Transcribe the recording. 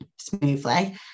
smoothly